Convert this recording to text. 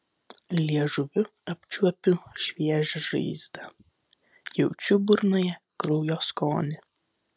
liežuviu apčiuopiu šviežią žaizdą jaučiu burnoje kraujo skonį